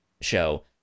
show